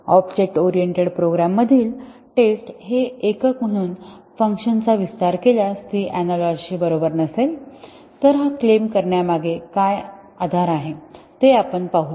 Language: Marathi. ऑब्जेक्ट ओरिएंटेड प्रोग्रॅममधील टेस्ट चे एकक म्हणून फंक्शनचा विस्तार केल्यास ती अनालॉगीं बरोबर नसेल तर हा क्लेम करण्यामागे काय आधार आहे ते आपण पाहूया